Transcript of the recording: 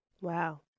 Wow